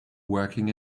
working